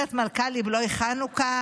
הגברת מלכהלי בלוי חנוכה,